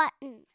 button